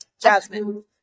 Jasmine